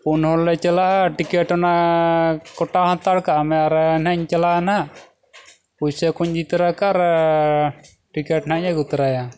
ᱯᱩᱱ ᱦᱚᱲ ᱞᱮ ᱪᱟᱞᱟᱜᱼᱟ ᱴᱤᱠᱤᱴ ᱚᱱᱟ ᱠᱟᱴᱟᱣ ᱦᱟᱛᱟᱲ ᱠᱟᱜ ᱢᱮ ᱟᱨ ᱱᱟᱜ ᱤᱧ ᱪᱟᱞᱟᱜᱼᱟ ᱱᱟᱜ ᱯᱚᱭᱥᱟ ᱠᱚᱧ ᱤᱫᱤ ᱛᱚᱨᱟ ᱠᱟᱜᱼᱟ ᱟᱨ ᱴᱤᱠᱤᱴ ᱱᱟᱜ ᱤᱧ ᱟᱹᱜᱩ ᱛᱚᱨᱟᱭᱟ